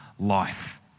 Life